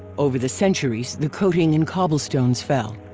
over the centuries the coating in cobblestones fell.